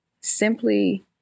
simply